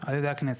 על ידי הכנסת.